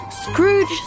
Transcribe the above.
Scrooge